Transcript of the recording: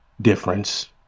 difference